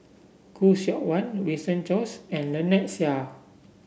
Khoo Seok Wan Winston Choos and Lynnette Seah